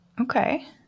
okay